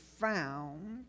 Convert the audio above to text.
found